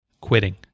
quitting